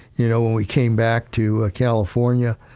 you know, when we came back to ah california,